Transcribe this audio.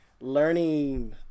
learning